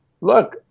look